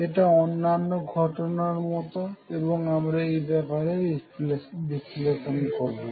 এটা অন্যান্য ঘটনার মতো এবং আমরা এই ব্যাপারে বিশ্লেষণ করবো